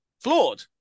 flawed